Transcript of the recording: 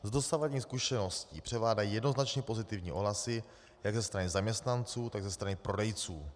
Z dosavadních zkušeností převládají jednoznačně pozitivní ohlasy jak ze strany zaměstnanců, tak ze strany prodejců.